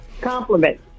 Compliment